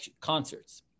concerts